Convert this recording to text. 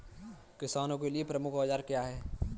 किसानों के लिए प्रमुख औजार क्या हैं?